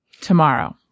tomorrow